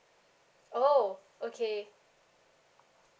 oh okay